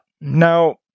Now